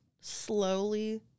slowly